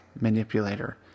manipulator